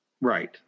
Right